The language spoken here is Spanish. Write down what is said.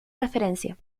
referencia